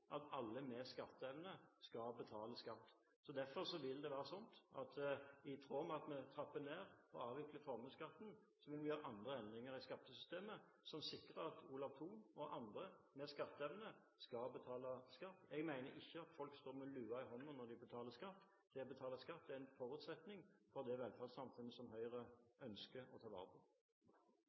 at alle med skatteevne skal betale skatt. Derfor vil det være sånn at i tråd med at vi trapper ned og avvikler formuesskatten, vil vi gjøre andre endringer i skattesystemet som sikrer at Olav Thon og andre med skatteevne skal betale skatt. Jeg mener ikke at folk står med lua i hånden når de betaler skatt. Det å betale skatt er en forutsetning for det velferdssamfunnet som Høyre ønsker å ta vare på.